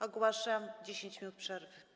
Ogłaszam 10 minut przerwy.